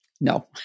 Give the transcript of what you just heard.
No